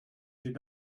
sie